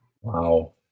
Wow